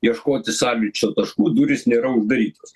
ieškoti sąlyčio taškų duris nėra uždarytos